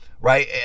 right